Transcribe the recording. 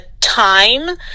time